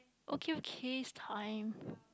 okay okay it's time